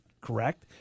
correct